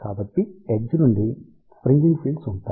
కాబట్టి ఎడ్జ్ నుండి fringing fields ఉంటాయి